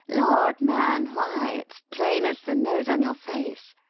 lord, man! why, it's plain as the nose on your face.